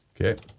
Okay